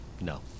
No